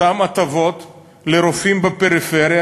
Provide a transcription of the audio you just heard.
אותן הטבות לרופאים בפריפריה,